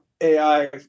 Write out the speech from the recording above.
AI